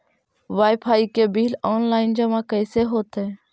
Wifi के bill online जमा कैसे होतै?